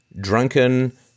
drunken